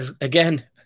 again